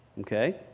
Okay